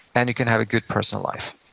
and you can have a good personal life.